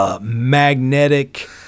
magnetic